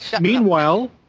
Meanwhile